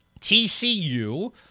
TCU